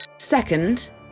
Second